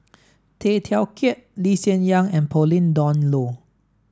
Tay Teow Kiat Lee Hsien Yang and Pauline Dawn Loh